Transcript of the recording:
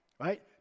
Right